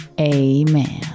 Amen